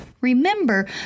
Remember